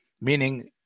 meaning